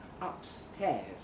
upstairs